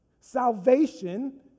Salvation